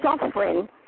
suffering